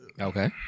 Okay